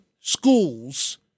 schools